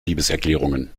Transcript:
liebeserklärungen